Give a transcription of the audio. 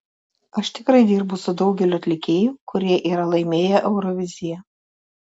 aš tikrai dirbu su daugeliu atlikėjų kurie yra laimėję euroviziją